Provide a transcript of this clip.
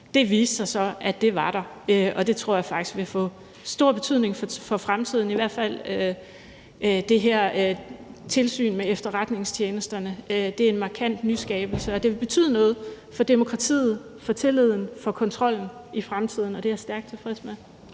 Det viste sig så, at det var der, og det tror jeg faktisk vil få stor betydning for fremtiden, i hvert fald det her tilsyn med efterretningstjenesterne. Det er en markant nyskabelse, og det vil betyde noget for demokratiet, for tilliden og for kontrollen i fremtiden, og det er jeg stærkt tilfreds med.